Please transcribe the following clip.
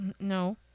No